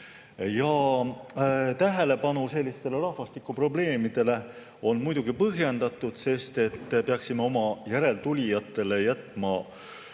Tähelepanu sellistele rahvastikuprobleemidele on muidugi põhjendatud, sest et peaksime oma järeltulijatele jätma